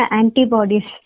antibodies